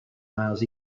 miles